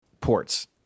ports